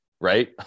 right